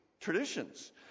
traditions